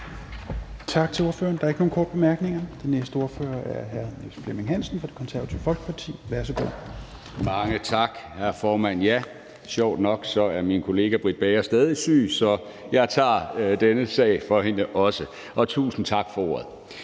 Tak til ordføreren. Der er ikke nogen korte bemærkninger. Den næste ordfører er hr. Niels Flemming Hansen fra Det Konservative Folkeparti. Værsgo. Kl. 10:34 (Ordfører) Niels Flemming Hansen (KF): Mange tak, hr. formand. Ja, sjovt nok er min kollega Britt Bager stadig syg, så jeg tager denne sag for hende også, og tusind tak for ordet.